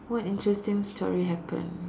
what interesting story happen